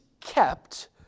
kept